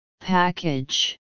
Package